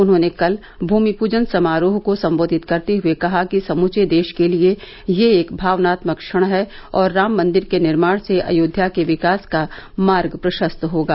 उन्होंने कल भूमि पूजन समारोह को संबोधित करते हुए कहा कि समूचे देश के लिए यह एक भावनात्मक क्षण हैं और राम मंदिर के निर्माण से अयोध्या के विकास का मार्ग प्रशस्त होगा